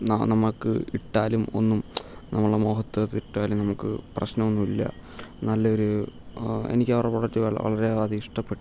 ന നമുക്ക് ഇട്ടാലും ഒന്നും നമ്മുടെ മുഖത്ത് അത് ഇട്ടാലും നമുക്ക് പ്രശ്നമൊന്നുമില്ല നല്ലൊരു എനിക്കവരുടെ പ്രൊഡക്റ്റ് വല വളരെ അത് ഇഷ്ടപ്പെട്ട്